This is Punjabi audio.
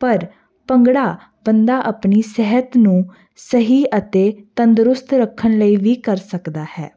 ਪਰ ਭੰਗੜਾ ਬੰਦਾ ਆਪਣੀ ਸਿਹਤ ਨੂੰ ਸਹੀ ਅਤੇ ਤੰਦਰੁਸਤ ਰੱਖਣ ਲਈ ਵੀ ਕਰ ਸਕਦਾ ਹੈ